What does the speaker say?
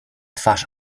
twarz